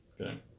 Okay